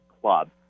club